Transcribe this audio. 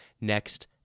next